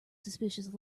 suspicious